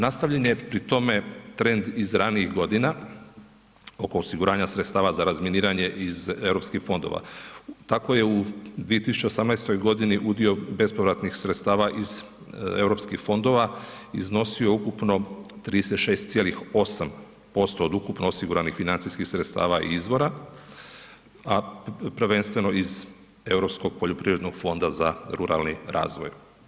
Nastavljen je pri tome trend iz ranijih godina oko osiguranja sredstava za razminiranje iz Europskih fondova, tako je u 2018.g. udio bespovratnih sredstava iz Europskih fondova iznosio ukupno 36,8% od ukupnosti osiguranih financijskih sredstava i izvora a prvenstveno iz Europskog poljoprivrednog fonda za ruralni razvoj.